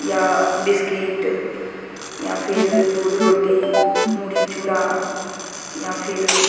या बिस्किट या फिर दुध रोटी मुढ़ी चुड़ा या फिर